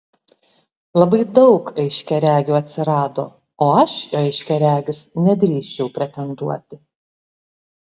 labai daug aiškiaregių atsirado o aš į aiškiaregius nedrįsčiau pretenduoti